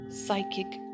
Psychic